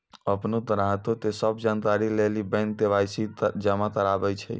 अपनो ग्राहको के सभ जानकारी लेली बैंक के.वाई.सी जमा कराबै छै